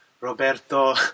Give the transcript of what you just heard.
Roberto